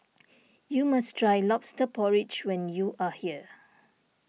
you must try Lobster Porridge when you are here